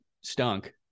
stunk